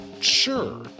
Sure